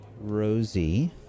Rosie